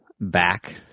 back